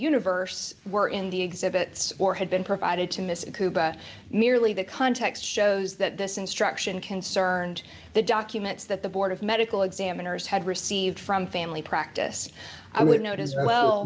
universe were in the exhibits or had been provided to miss akubra merely the context shows that this instruction concerned the documents that the board of medical examiners had received from family practice i would note as well